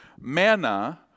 manna